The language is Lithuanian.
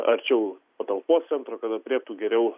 arčiau patalpos centro kad aprėptų geriau